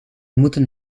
moeten